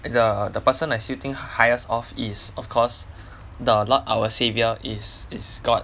the the person that I still think highest of is of course the lord our saviour is is god